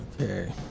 Okay